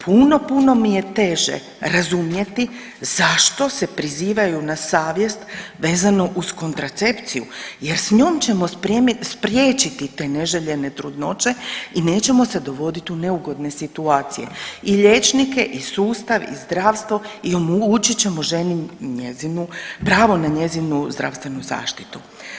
Puno, puno mi je teže razumjeti zašto se prizivaju na savjest vezeno uz kontracepciju jer s njom ćemo spriječiti te neželjene trudnoće i nećemo se dovoditi u neugodne situacije i liječnike i sustav i zdravstvo i omogućit ćemo ženi i njezinu, pravo na njezinu zdravstvenu zaštitu.